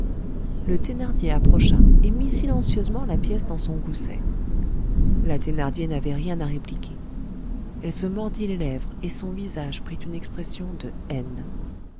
le thénardier approcha et mit silencieusement la pièce dans son gousset la thénardier n'avait rien à répliquer elle se mordit les lèvres et son visage prit une expression de haine